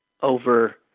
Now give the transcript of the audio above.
over